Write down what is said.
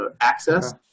access